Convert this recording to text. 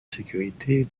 sécurité